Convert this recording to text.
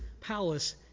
palace